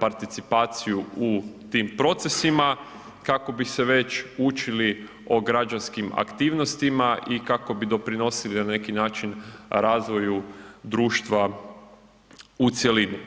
participaciju u tim procesima, kako bi se već učili o građanskim aktivnostima i kako bi doprinosili na neki način razvoju društva u cjelini.